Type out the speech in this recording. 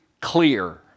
clear